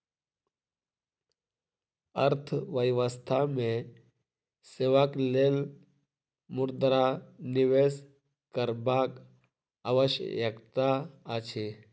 अर्थव्यवस्था मे सेवाक लेल मुद्रा निवेश करबाक आवश्यकता अछि